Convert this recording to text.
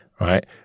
right